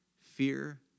fear